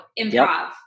improv